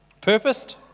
Purposed